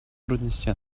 трудности